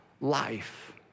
life